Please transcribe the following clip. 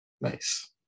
Nice